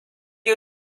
you